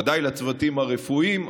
ודאי לצוותים הרפואיים,